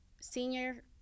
senior